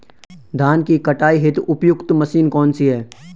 धान की कटाई हेतु उपयुक्त मशीन कौनसी है?